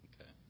Okay